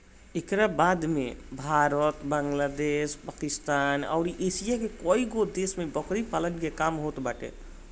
एकरी बाद भारत, बांग्लादेश, पाकिस्तान अउरी एशिया के कईगो देश में बकरी पालन के काम होताटे